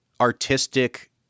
artistic